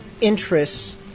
interests